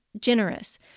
generous